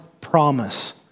promise